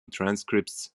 transcripts